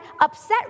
upset